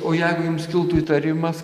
o jeigu jums kiltų įtarimas